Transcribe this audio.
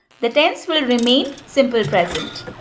the tense will remain simple present.